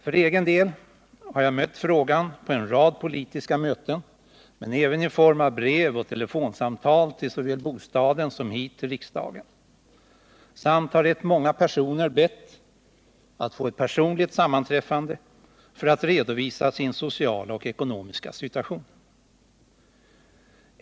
För egen del har jag mött frågan på en rad politiska möten, men även i form av brev och telefonsamtal till såväl bostaden som hit till riksdagen. Rätt många personer har också bett att få ett personligt sammanträffande för att redovisa sin sociala och ekonomiska situation.